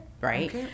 Right